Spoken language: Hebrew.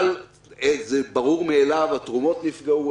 אבל ברור מאליו שהתרומות נפגעו,